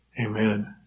Amen